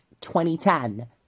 2010